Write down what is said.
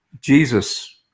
Jesus